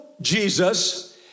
Jesus